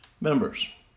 members